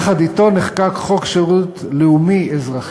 יחד אתו נחקק חוק שירות לאומי-אזרחי,